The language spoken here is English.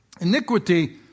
Iniquity